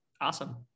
Awesome